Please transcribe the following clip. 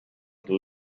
the